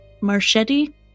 Marchetti